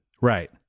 Right